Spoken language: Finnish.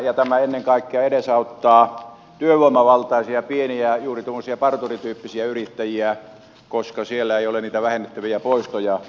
tämä ennen kaikkea edesauttaa työvoimavaltaisia pieniä juuri parturityyppisiä yrittäjiä koska siellä ei ole niitä vähennettäviä poistoja